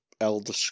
Elder